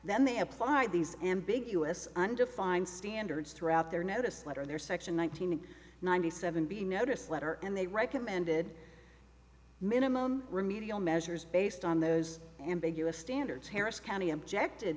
then they applied these ambiguous undefined standards throughout their notice letter their section one thousand and ninety seven b notice letter and they recommended minimum remedial measures based on those ambiguous standards harris county objected